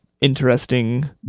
interesting